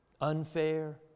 unfair